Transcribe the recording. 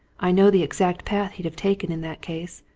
i know the exact path he'd have taken in that case,